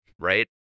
right